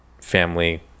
family